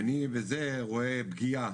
ואני בזה רואה פגיעה